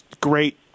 great